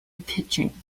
pitching